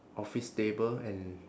office table and